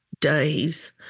days